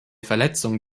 verletzung